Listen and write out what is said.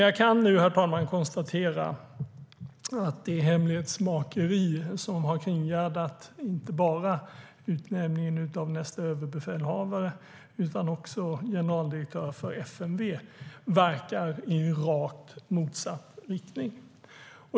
Jag kan nu konstatera, herr talman, att det hemlighetsmakeri som har kringgärdat inte bara utnämningen av nästa överbefälhavare utan även utnämningen av generaldirektör för FMV verkar i rakt motsatt riktning.